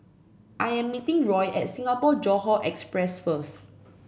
I am meeting Roy at Singapore Johore Express first